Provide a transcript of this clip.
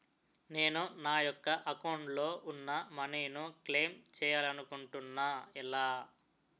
నేను నా యెక్క అకౌంట్ లో ఉన్న మనీ ను క్లైమ్ చేయాలనుకుంటున్నా ఎలా?